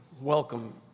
welcome